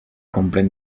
comprén